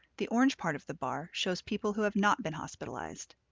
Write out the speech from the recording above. the orange part of the bar shows people who have not been hospitalized.